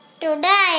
today